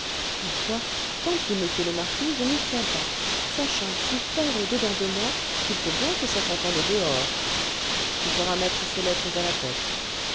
ma foi tant pis monsieur le marquis je n'y tiens pas ça chante si fort au dedans de moi qu'il faut bien que ça s'entende au dehors tu feras mettre ces lettres à la poste